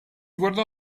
guardò